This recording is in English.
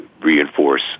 reinforce